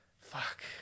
Fuck